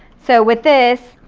so with this,